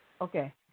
Okay